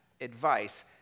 advice